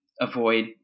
avoid